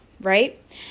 right